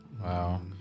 Wow